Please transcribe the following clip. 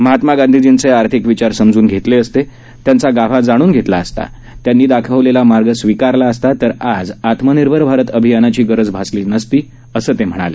महात्मा गांधीजींचे आर्थिक विचार समजून घेतले असते त्यांचा गाभा जाणून घेतला असता त्यांनी दाखवलेला मार्ग स्वीकारला असता तर आज आत्मनिर्भर भारत अभियानाची गरज भासली नसती असं ते म्हणाले